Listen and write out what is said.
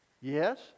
Yes